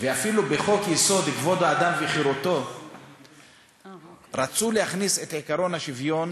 ואפילו בחוק-יסוד: כבוד האדם וחירותו רצו להכניס את עקרון השוויון,